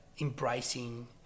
embracing